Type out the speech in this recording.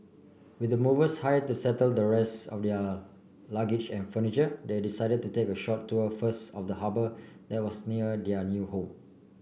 with the movers hire to settle the rest of their luggage and furniture they decided to take a short tour first of the harbour that was near their new home